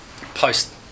Post